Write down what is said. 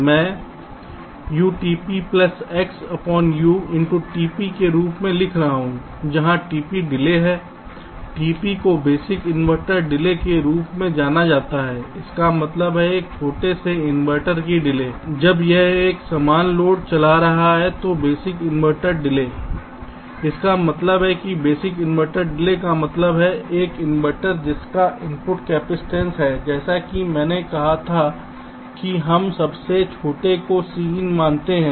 मैं UtpXU tp के रूप में लिख रहा हूं जहां tp डिले है tp को बेसिक इन्वर्टर डिले के रूप में जाना जाता है इसका मतलब है एक छोटे से इन्वर्टर की डिले जब यह एक समान लोड चला गया है तो बेसिक इन्वर्टर डिले इसका मतलब है कि बेसिक इन्वर्टर डिले का मतलब है एक इन्वर्टर जिसका इनपुट कैपेसिटेंस है जैसा कि मैंने कहा था कि हम सबसे छोटे को Cin मानते हैं